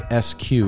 Sq